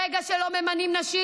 ברגע שלא ממנים נשים,